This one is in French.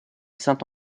saint